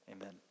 Amen